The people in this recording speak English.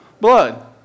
blood